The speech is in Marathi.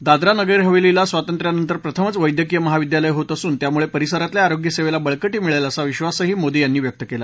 दादरा नगरहवेलीला स्वातंत्र्यानंतर प्रथमच वैद्यकीय महाविद्यालय होत असून त्यामुळे परिसरातल्या आरोग्यसेवेला बळकटी मिळेल असा विश्वासही मोदी यांनी व्यक्त केला